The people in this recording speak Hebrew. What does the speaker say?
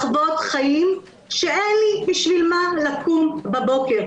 לחוות חיים שאין לי בשביל מה לקום בבוקר,